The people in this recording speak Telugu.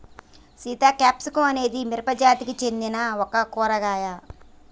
సీత క్యాప్సికం అనేది మిరపజాతికి సెందిన ఒక కూరగాయ